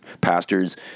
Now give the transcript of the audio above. pastors